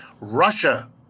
Russia